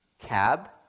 cab